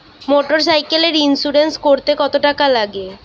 মোটরসাইকেলের ইন্সুরেন্স করতে কত টাকা লাগে?